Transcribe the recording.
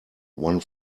one